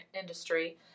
industry